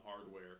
hardware